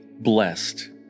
blessed